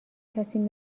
کسی